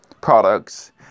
products